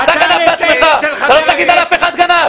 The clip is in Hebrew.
אתה לא תגיד על אף אחד גנב.